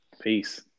Peace